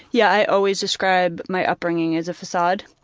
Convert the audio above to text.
yeah, i always describe my upbringing as a facade.